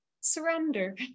surrender